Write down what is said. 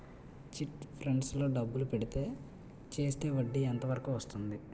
Chit funds లో డబ్బులు పెడితే చేస్తే వడ్డీ ఎంత వరకు వస్తుంది?